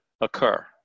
occur